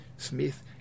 Smith